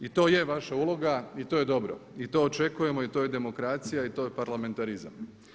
I to je vaša uloga i to je dobro i to očekujemo i to je demokracija i to je parlamentarizam.